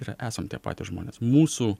ir esam tie patys žmonės mūsų